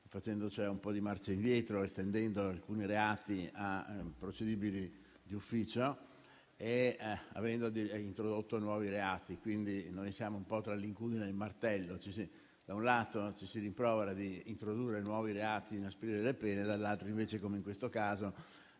fatto un po' di marcia indietro estendendo alcuni reati a procedibili d'ufficio e introducendo nuovi reati. Siamo quindi un po' tra l'incudine e il martello: da un lato, ci si rimprovera di introdurre nuovi reati e di inasprire le pene; dall'altro, invece, come in questo caso,